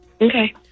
Okay